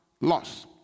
loss